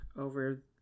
over